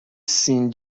سین